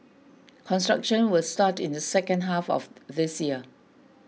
construction will start in the second half of this year